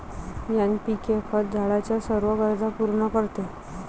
NPK खत झाडाच्या सर्व गरजा पूर्ण करते